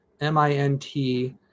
m-i-n-t